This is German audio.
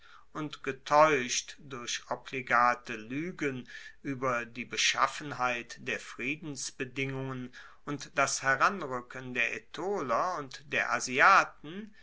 und getaeuscht durch obligate luegen ueber die beschaffenheit der friedensbedingungen und das heranruecken der aetoler und der asiaten